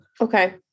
Okay